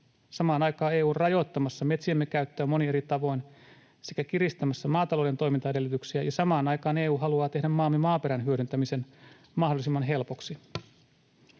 Samaan aikaan EU on rajoittamassa metsiemme käyttöä monin eri tavoin sekä kiristämässä maatalouden toimintaedellytyksiä, ja samaan aikaan EU haluaa tehdä maamme maaperän hyödyntämisen mahdollisimman helpoksi.